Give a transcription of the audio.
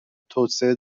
توسعه